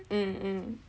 mm mm